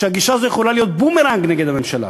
שהגישה הזאת יכולה להיות בומרנג נגד הממשלה.